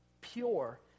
pure